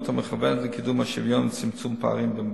המכוונת לקידום השוויון וצמצום פערים בבריאות.